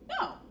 No